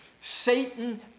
Satan